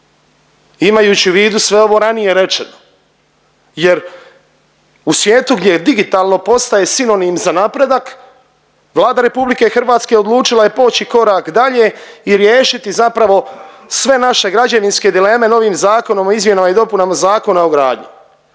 imajući u vidu sve ovo ranije rečeno. Jer, u svijetu gdje digitalno postaje sinonim za napredak, Vlada RH odlučila je poći korak dalje i riješiti zapravo sve naše građevinske dileme novim Zakonom o izmjenama i dopunama Zakona o gradnji.